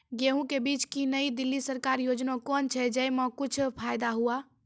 गेहूँ के बीज की नई दिल्ली सरकारी योजना कोन छ जय मां कुछ फायदा हुआ?